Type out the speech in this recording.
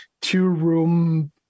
two-room